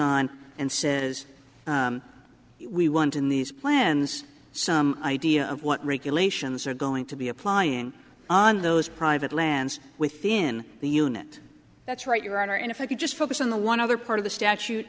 on and says we want in these plans some idea of what regulations are going to be applying on those private lands within the unit that's right your honor and if i could just focus on the one other part of the statute